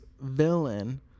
villain